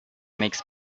makes